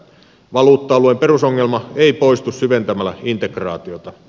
valuutta alueen perusongelma ei poistu syventämällä integraatiota